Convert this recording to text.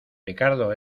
ricardo